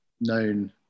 known